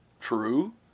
True